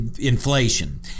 inflation